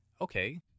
okay